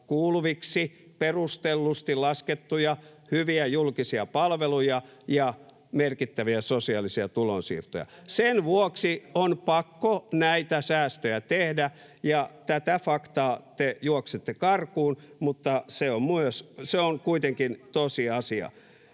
kuuluviksi perustellusti laskettuja hyviä julkisia palveluja ja merkittäviä sosiaalisia tulonsiirtoja. Sen vuoksi on pakko näitä säästöjä tehdä, [Vasemmalta: Ei ole pakko!] ja tätä faktaa te juoksette karkuun, mutta se on kuitenkin tosiasia.